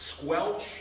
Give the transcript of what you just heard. squelch